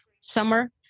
summer